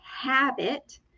habit